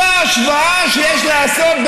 זו ההשוואה שיש לעשות,